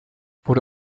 wurde